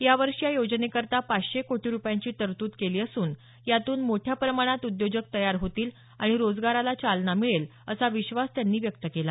यावर्षी या योजनेकरता पाचशे कोटी रुपयांची तरतूद केली असून यातून मोठ्या प्रमाणात उद्योजक तयार होतील आणि रोजगाराला चालना मिळेल असा विश्वास त्यांनी व्यक्त केला